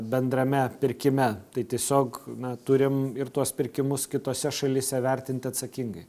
bendrame pirkime tai tiesiog na turim ir tuos pirkimus kitose šalyse vertinti atsakingai